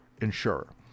insurer